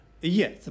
Yes